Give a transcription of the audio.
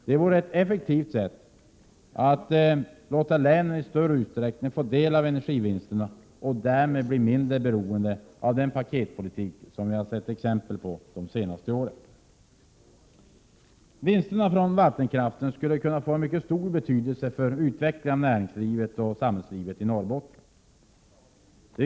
Det vore ett effektivt sätt att låta länet i större utsträckning än för närvarande få del av energivinsterna och därmed bli mindre beroende av den paketpolitik som vi sett exempel på de senaste åren. Vinsterna från vattenkraften skulle kunna få en mycket stor betydelse för utvecklingen av näringslivet och samhällslivet i. Norrbotten.